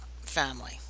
family